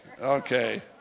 Okay